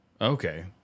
okay